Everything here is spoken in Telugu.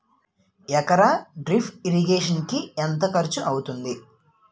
ఎకర డ్రిప్ ఇరిగేషన్ కి ఎంత ఖర్చు అవుతుంది?